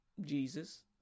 Jesus